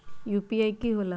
UPI कि होला?